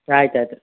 ಆಯ್ತು ಆಯ್ತು ರೀ